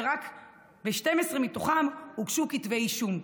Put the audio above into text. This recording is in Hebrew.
ורק ב-12 מתוכם הוגשו כתבי אישום,